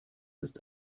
ist